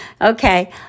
okay